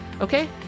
okay